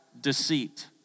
deceit